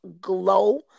glow